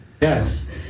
Yes